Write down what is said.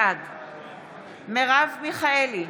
בעד מרב מיכאלי,